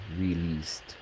released